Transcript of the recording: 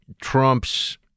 trump's